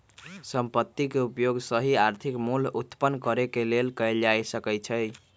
संपत्ति के उपयोग सही आर्थिक मोल उत्पन्न करेके लेल कएल जा सकइ छइ